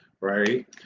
right